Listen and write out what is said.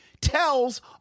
tells